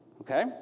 Okay